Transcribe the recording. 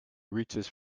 reaches